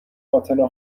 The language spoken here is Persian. اتنا